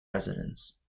residence